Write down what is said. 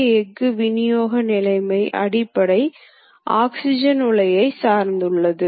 இந்த இயந்திரங்கள் ஒன்றன்பின் ஒன்றாக பாகங்களை உற்பத்தி செய்வதனால் வேலையில்லா நேரம் குறைகிறது